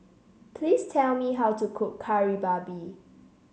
please tell me how to cook Kari Babi